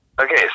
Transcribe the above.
Okay